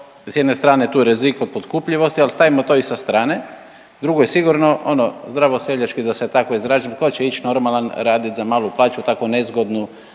s jedne strane, tu je rizik od podkupljivosti, ali stavimo to i sa strane, drugo je sigurno, ono, zdravoseljački da se tako izrazim, tko će ići normalan raditi za malu plaću tako nezgodnu